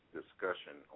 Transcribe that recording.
discussion